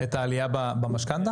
את העלייה במשכנתא?